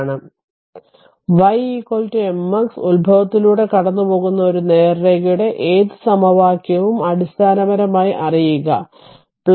y mx ഉത്ഭവത്തിലൂടെ കടന്നുപോകുന്ന ഒരു നേർരേഖയുടെ ഏത് സമവാക്യവും അടിസ്ഥാനപരമായി അറിയുക c